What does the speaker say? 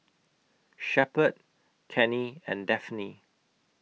Shepherd Cannie and Daphne